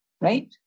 right